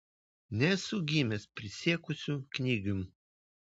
nesu gimęs prisiekusiu knygium